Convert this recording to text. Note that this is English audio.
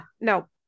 no